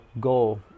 goal